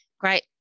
great